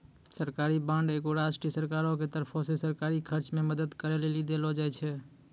सरकारी बांड एगो राष्ट्रीय सरकारो के तरफो से सरकारी खर्च मे मदद करै लेली देलो जाय छै